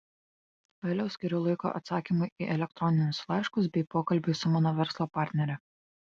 vėliau skiriu laiko atsakymui į elektroninius laiškus bei pokalbiui su mano verslo partnere